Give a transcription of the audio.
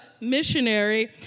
missionary